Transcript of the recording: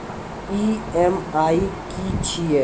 EMI की छिये?